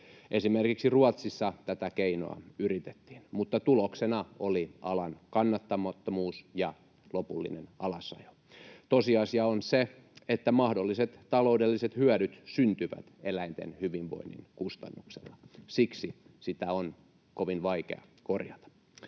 Esimerkiksi Ruotsissa tätä keinoa yritettiin, mutta tuloksena oli alan kannattamattomuus ja lopullinen alasajo. Tosiasia on se, että mahdolliset taloudelliset hyödyt syntyvät eläinten hyvinvoinnin kustannuksella. Siksi sitä on kovin vaikea korjata.